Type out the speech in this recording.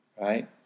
right